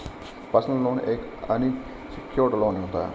personal loan एक unsecured loan होता है